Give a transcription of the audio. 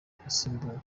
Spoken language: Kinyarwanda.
y’abasimbura